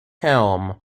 helm